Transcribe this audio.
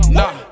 nah